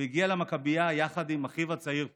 הוא הגיע למכבייה יחד עם אחיו הצעיר פסח,